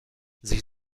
sich